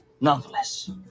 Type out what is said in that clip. nonetheless